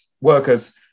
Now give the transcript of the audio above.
workers